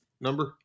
number